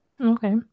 Okay